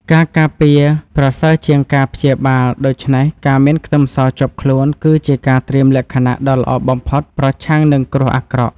ការការពារប្រសើរជាងការព្យាបាលដូច្នេះការមានខ្ទឹមសជាប់ខ្លួនគឺជាការត្រៀមលក្ខណៈដ៏ល្អបំផុតប្រឆាំងនឹងគ្រោះអាក្រក់។